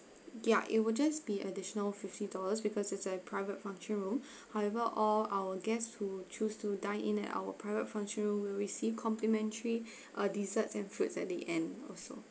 ya it will just be additional fifty dollars because it's a private function room however all our guests who choose to dine in at our private function room will receive complimentary uh desserts and fruits at the end also